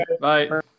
bye